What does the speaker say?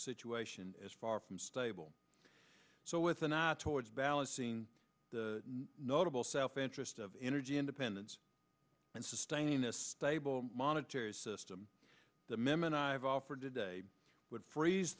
situation is far from stable so with an eye towards balancing the notable self interest of energy independence and sustaining a stable monetary system the memon i have offered today would freeze